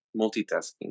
multitasking